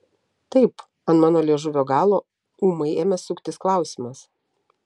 taip ant mano liežuvio galo ūmai ėmė suktis klausimas